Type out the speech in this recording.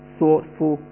thoughtful